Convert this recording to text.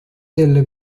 delle